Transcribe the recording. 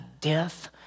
death